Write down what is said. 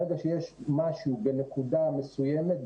ברגע שי שמשהו בנקודה מסוימת,